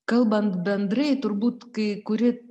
kalbant bendrai turbūt kai kuri